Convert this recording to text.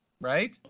right